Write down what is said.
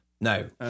No